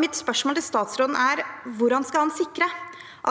Mitt spørsmål til statsråden er: Hvordan skal han sikre